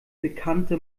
bekannte